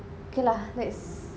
okay lah let's